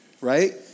right